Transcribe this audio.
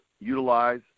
utilize